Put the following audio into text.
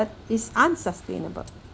is unsustainable